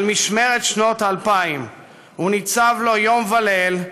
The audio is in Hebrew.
/ על משמרת שנות אלפיים / הוא ניצב לו יום וליל,